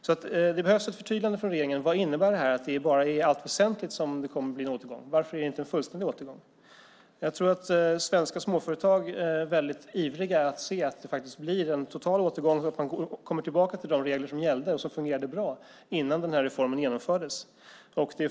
Det behövs alltså ett förtydligande från regeringen om vad det innebär att det bara är "i allt väsentligt" som det kommer att bli en återgång. Varför inte en fullständig återgång? Jag tror att svenska småföretag är ivriga att få se en total återgång till de regler som gällde och som fungerade bra innan reformen genomfördes.